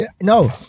No